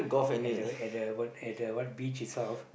at the way at the what at the what beach itself